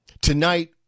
Tonight